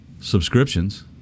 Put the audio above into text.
subscriptions